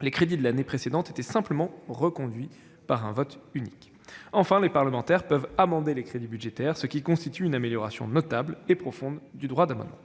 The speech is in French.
les crédits de l'année précédente étaient simplement reconduits par un vote unique. Enfin, les parlementaires peuvent amender les crédits budgétaires, ce qui constitue une amélioration notable et profonde du droit d'amendement.